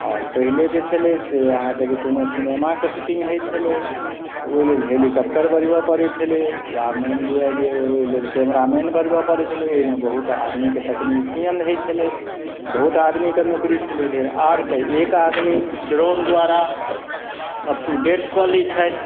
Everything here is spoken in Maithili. आओर पहिले जे छलै से अहाँके जे कोनो सिनेमाके शूटिंग होइ छलै तऽ ओइ लेल हेलिकॉप्टर बजबऽ पड़य छलै या मानि लिअ जे ओइ लेल कैमरामेन बजबऽ पड़य छलै ओइमे बहुत आदमीके तकनीकशियन होइ छलै बहुत आदमीके नौकरी छलै धरि आब तऽ एक आदमी ड्रोन द्वारा अप टू डेट कऽ लै छथि